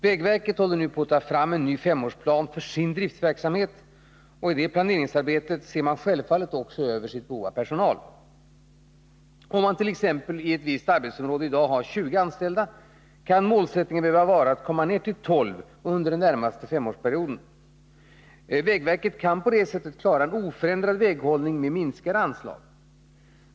Vägverket håller nu på att ta fram en ny femårsplan för sin driftsverksamhet. I det planeringsarbetet ser man självfallet också över sitt behov av personal. Om man t.ex. i ett visst arbetsområde i dag har 20 anställda kan målsättningen behöva vara att komma ner till 12 under den närmaste femårsperioden. Vägverket kan på det sättet klara en oförändrad väghållning med minskade anslag.